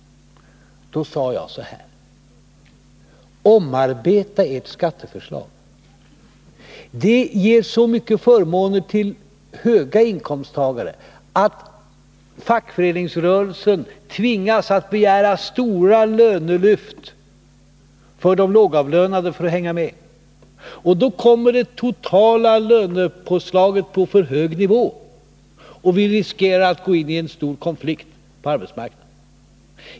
Då sade jag: Omarbeta ert skatteförslag! Det ger så mycket förmåner till höga inkomsttagare att fackföreningsrörelsen tvingas att begära stora lönelyft för de lågavlönade för att hänga med, och då kommer det totala lönepåslaget på för hög nivå och vi riskerar att gå in i en stor konflikt på arbetsmarknaden.